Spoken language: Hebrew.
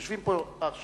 יושבים פה עכשיו,